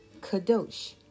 Kadosh